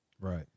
Right